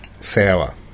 sour